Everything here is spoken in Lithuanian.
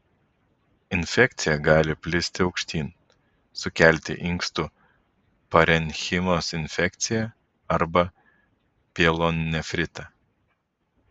infekcija gali plisti aukštyn sukelti inkstų parenchimos infekciją arba pielonefritą